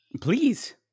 Please